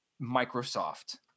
Microsoft